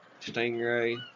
Stingray